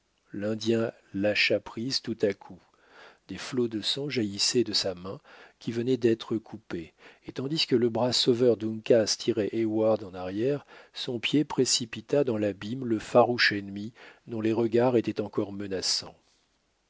l'indien lâcha prise tout à coup des flots de sang jaillissaient de sa main qui venait d'être coupée et tandis que le bras sauveur d'uncas tirait heyward en arrière son pied précipita dans l'abîme le farouche ennemi dont les regards étaient encore menaçants